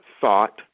thought